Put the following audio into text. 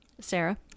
Sarah